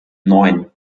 neun